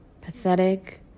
pathetic